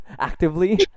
actively